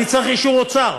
אני צריך אישור אוצר.